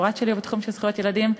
הדוקטורט שלי הוא בתחום של זכויות ילדים.